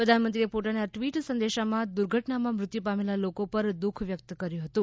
પ્રધાનમંત્રીએ પોતાના ટવીટ સંદેશામાં દુર્ઘટનામાં મૃત્યુ પામેલા લોકો પર દુઃખ વ્યકત કર્યુ હતું